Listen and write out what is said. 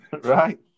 Right